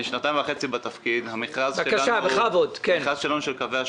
הצהירו כי יש תדירות נמוכה של אוטובוסים